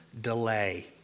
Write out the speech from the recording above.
delay